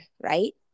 right